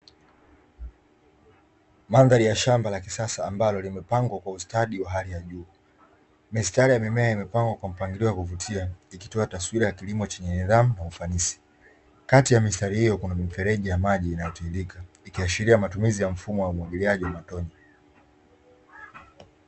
Mandhari ya shamba la kisasa ambalo limepangwa kwa ustadi wa hali ya juu, mistari ya mimea imepangwa kwa mpangilio wa kuvutia ikitoa taswira ya kilimo chenye nidhamu na ufanisi, kati ya mistari hiyo kuna mifereji ya maji inayotiririka ikiashiria matumizi ya mfumo wa umwagiliaji wa matone.